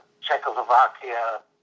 Czechoslovakia